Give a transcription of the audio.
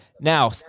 Now